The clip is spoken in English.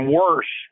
worse